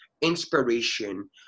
inspiration